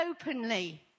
openly